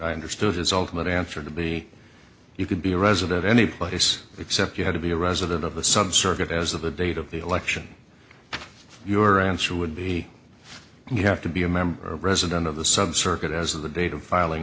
i understood his ultimate answer to be you could be a resident any place except you had to be a resident of the subcircuits as of the date of the election your answer would be you have to be a member of president of the sub circuit as of the date of filing